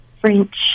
French